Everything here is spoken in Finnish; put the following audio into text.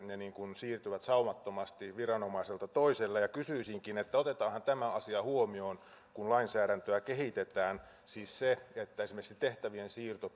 siirtyvät saumattomasti viranomaiselta toiselle kysyisinkin otetaanhan tämä asia huomioon kun lainsäädäntöä kehitetään siis se että esimerkiksi tehtävien siirto